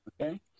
okay